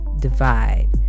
divide